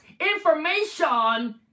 information